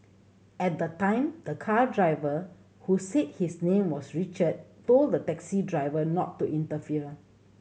at the time the car driver who said his name was Richard told the taxi driver not to interfere